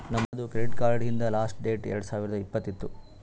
ನಮ್ ಅಣ್ಣಾದು credit card ಹಿಂದ್ ಲಾಸ್ಟ್ ಡೇಟ್ ಎರಡು ಸಾವಿರದ್ ಇಪ್ಪತ್ತ್ ಇತ್ತು